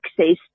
access